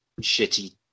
shitty